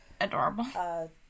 adorable